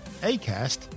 ACast